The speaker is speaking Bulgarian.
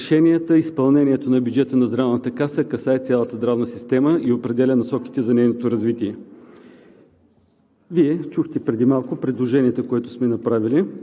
на здравеопазването в Република България, доколкото решенията и изпълнението на бюджета на Здравната каса касае цялата здравна система и определя насоките за нейното развитие.